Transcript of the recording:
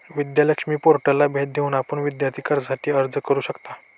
विद्या लक्ष्मी पोर्टलला भेट देऊन आपण विद्यार्थी कर्जासाठी अर्ज करू शकता